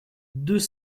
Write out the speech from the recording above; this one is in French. deux